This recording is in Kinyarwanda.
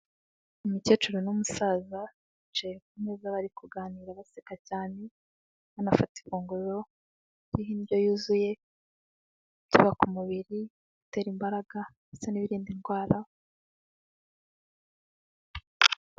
Umukecuru n'umusaza, bicaye ku meza bari kuganira baseka cyane, banafata ifunguro ririho indyo yuzuye, ibyubaka umubiri, ibitera imbaraga, ndetse n'ibirinda indwara.